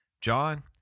john